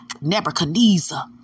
Nebuchadnezzar